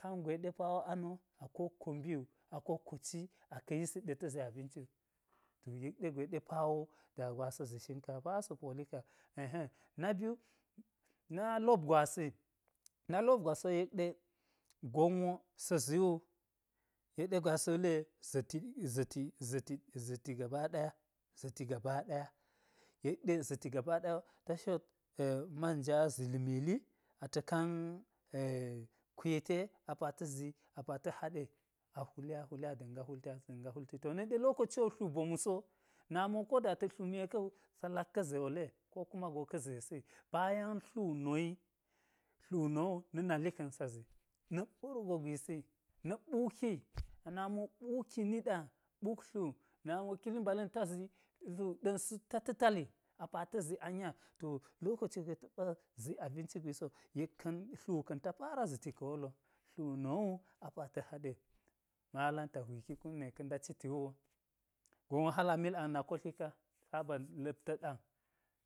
Kangwe ɗe pawo a no a ko wokko mbi wu a kowokko ci aka yisi ɗe ta̱ zi abinci wu to yek ɗe pawo da go asazi shinkafa asa polika na biyu na lopgwasi na lopgwasi wo yek ɗe gon wo sa̱ zi wu, yek ɗe gwe asa̱ wule za̱ti- za̱ti- za̱ti-za̱ti- gaba ɗaya za̱ti gaba ɗaya, yek ɗe za̱ti gaba daya wo, ta shot manja zil mili ata̱ kan kwi te apa ta̱ zi apa ta̱ haɗe a hwuli-ahwuli, a da̱n ga hwulti a da̱nga hwulti to nak ɗe lokoci wo tlu mbom so nami ko ta da tlu me ka̱wu sa lak ka̱ ze wole ko kuma go ka̱ zesi, bayan tlu wu no wi tlu nowu na̱ nali ka̱n sa zi na̱-ɓorgo gwisi na̱ mɓuki a-nami wo mɓuki niɗa, mɓuk tlu, nami wo kili mbalan ta zi tlu ɗa̱n su-ta ta̱tali a pa ta zi a nya to lokoci gwe ta ɓa zi abinci gwisi wo, yek ka̱n tlu ka̱n ta para za̱ti ka̱ wolo tlu no wu a pa ta haɗe, malam ta ɓo hwiki kume ka da ciwo gon wo hal a mil ang nak kotlik ka, saban la̱pta̱t ang